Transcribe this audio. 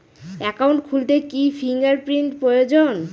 Account খুলতে কি fingerprint প্রয়োজন?